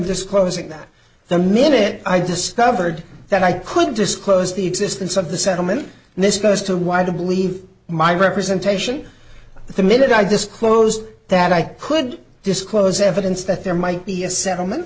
disclosing that the minute i discovered that i could disclose the existence of the settlement and this goes to why the believe my representation the minute i disclosed that i could disclose evidence that there might be a settlement